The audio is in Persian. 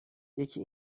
یکی